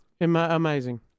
Amazing